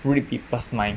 read people's mind